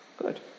Good